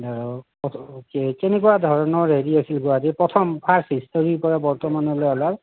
কেনেকুৱা ধৰণৰ হেৰি আছিল গুৱাহাটীৰ প্ৰথম ফাৰ্ষ্ট হিষ্টৰিৰ পৰা বৰ্তমানলৈ অলপ